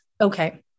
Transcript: Okay